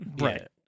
right